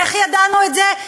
איך ידענו את זה?